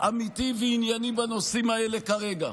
אמיתי וענייני בנושאים האלה כרגע.